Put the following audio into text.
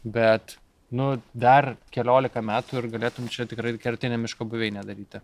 bet nu dar keliolika metų ir galėtum čia tikrai kertinę miško buveinę daryti